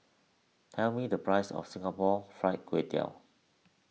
tell me the price of Singapore Fried Kway Tiao